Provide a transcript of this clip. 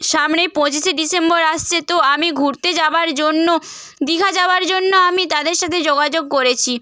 সামনেই পঁচিশে ডিসেম্বর আসছে তো আমি ঘুরতে যাওয়ার জন্য দীঘা যাওয়ার জন্য আমি তাদের সাথে যোগাযোগ করেছি